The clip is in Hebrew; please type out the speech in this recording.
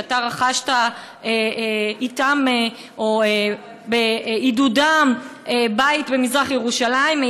שאתה רכשת איתם או בעידודם בית במזרח ירושלים,